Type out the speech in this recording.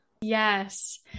Yes